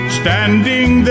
standing